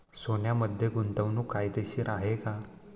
सोन्यामध्ये गुंतवणूक फायदेशीर आहे का?